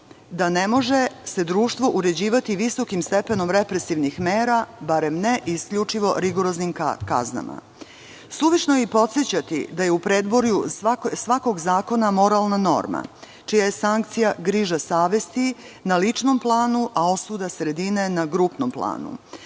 se ne može društvo uređivati visokim stepenom represivnih mera, bar ne isključivo rigoroznim kaznama. Suvišno je i podsećati da je u predvorju svakog zakona moralna norma čija je sankcija griža savesti na ličnom planu, a osuda sredine na grupnom planu,